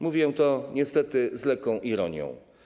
Mówię to niestety z lekką ironią.